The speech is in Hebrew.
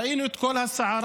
ראינו את כל הסערה,